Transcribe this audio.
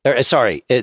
Sorry